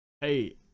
hey